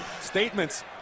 statements